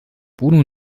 bruno